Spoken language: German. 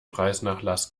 preisnachlass